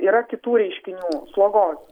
yra kitų reiškinių slogos